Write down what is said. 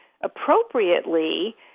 appropriately